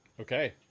Okay